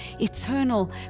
eternal